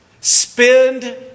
Spend